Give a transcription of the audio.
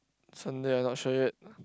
Sunday I not sure yet